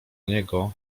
niego